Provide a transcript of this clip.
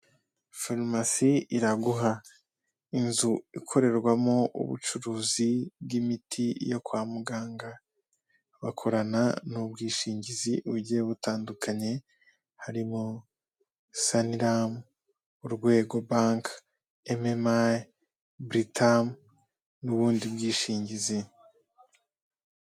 Farumasi IRAGUHA. Inzu ikorerwamo ubucuruzi bw'imiti yo kwa muganga. Bakorana n'ubwishingizi bugiye butandukanye, harimo Sanram, Urwego bank, MMI, Britam n'ubundi bwishingizi.